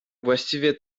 właściwie